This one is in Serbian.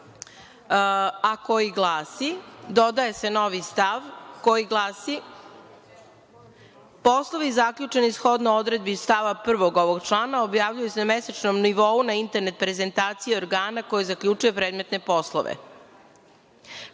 član glasi – dodaje se novi stav koji glasi: „Poslovi zaključeni shodno odredbi stava prvog ovog člana objavljuju se na mesečnom nivou na internet prezentaciji organa koji zaključuje predmetne poslove.